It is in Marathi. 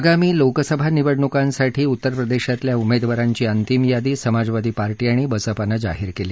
आगामी लोकसभा निवडणुकांसाठी उत्तर प्रदेशातल्या उमेदवारांची अंतिम यादी समाजवादी पार्टी आणि बसपानं जाहीर केली